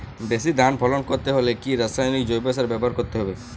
বেশি ধান ফলন করতে হলে কি রাসায়নিক জৈব সার ব্যবহার করতে হবে?